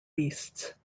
beasts